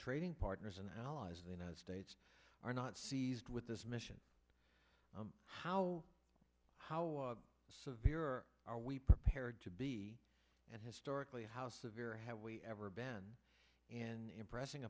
trading partners and allies the united states are not seized with this mission how how severe are we prepared to be and historically how severe have we ever been and impressing